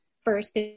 first